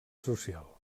social